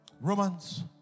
Romans